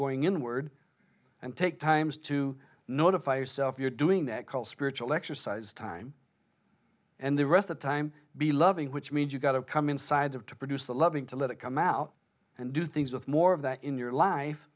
going inward and take times to notify yourself you're doing that call spiritual exercise time and the rest of time be loving which means you've got to come inside of to produce the loving to let it come out and do things of more of that in your life